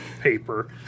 paper